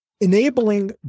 enabling